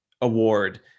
award